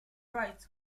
rites